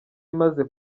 imaze